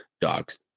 dogs